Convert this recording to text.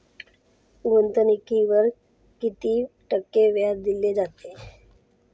गुंतवणुकीवर किती टक्के व्याज दिले जाईल?